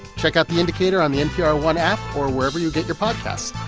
check out the indicator on the npr one app or wherever you get your podcasts.